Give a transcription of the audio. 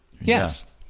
yes